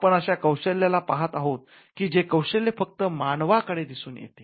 आपण अशा कौशल्याला पहात आहोत की जे कौशल्य फक्त मानवा कडे दिसुन येते